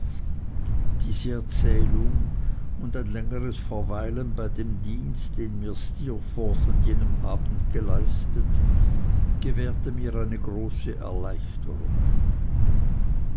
diese erzählung und ein längeres verweilen bei dem dienst den mir steerforth an jenem abend geleistet gewährte mir eine große erleichterung